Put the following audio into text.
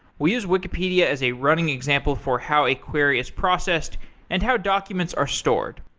we use wikipedia as a running example for how a query is processed and how documents are stored.